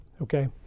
Okay